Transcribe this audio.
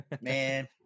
man